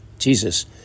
Jesus